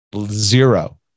zero